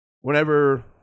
Whenever